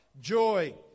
joy